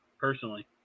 Personally